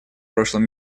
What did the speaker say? прошлом